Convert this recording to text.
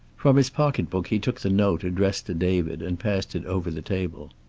from his pocketbook he took the note addressed to david, and passed it over the table.